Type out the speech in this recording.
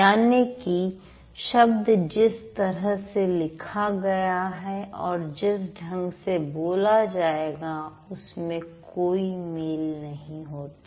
याने की शब्द जिस तरह से लिखा गया है और जिस ढंग से बोला जाएगा उसमें कोई मेल नहीं होता